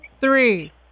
three